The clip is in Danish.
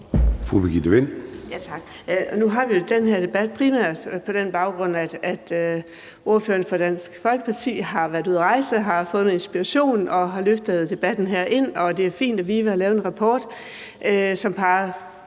Nu har vi jo den her debat primært på den baggrund, at ordføreren for Dansk Folkeparti har været ude at rejse og har fået noget inspiration og har løftet debatten herind. Det er fint, og VIVE har lavet en rapport, som peger